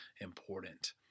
important